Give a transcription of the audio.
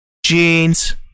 jeans